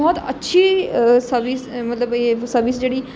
बहुत अच्छी सर्बिस मतलब एह् सर्बिस जेहड़ी